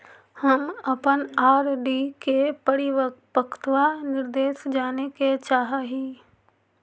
हम अपन आर.डी के परिपक्वता निर्देश जाने के चाह ही